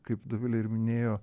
kaip dovilė ir minėjo